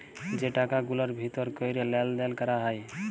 যে টাকা গুলার ভিতর ক্যরে লেলদেল ক্যরা হ্যয়